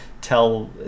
tell